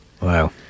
Wow